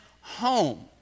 home